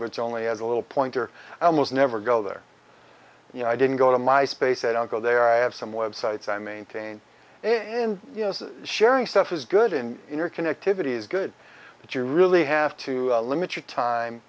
which only has a little pointer and was never go there you know i didn't go to my space i don't go there i have some websites i maintain and yes sharing stuff is good and interconnectivity is good but you really have to limit your time